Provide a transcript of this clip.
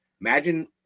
imagine